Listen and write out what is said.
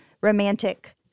romantic